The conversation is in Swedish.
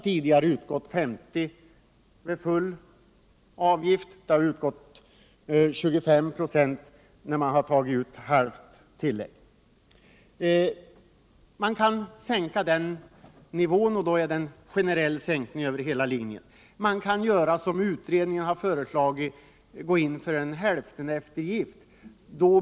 Tidigare har utgått 50 26 vid full avgift och 25 26 när man tagit ut halvt tillägg. Man kan sänka den nivån. Det handlar då om en sänkning över hela linjen. Som utredningen föreslagit kan man gå in för en hälltoneftergift.